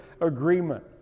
agreement